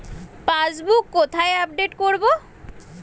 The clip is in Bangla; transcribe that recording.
পাসবুক কোথায় আপডেট করব?